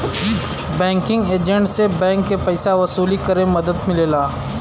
banking agent से bank के पइसा वसूली करे में मदद मिलेला